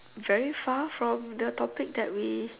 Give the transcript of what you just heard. very far from the topic that we